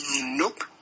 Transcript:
Nope